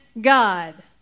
God